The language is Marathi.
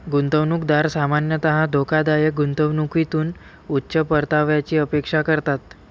गुंतवणूकदार सामान्यतः धोकादायक गुंतवणुकीतून उच्च परताव्याची अपेक्षा करतात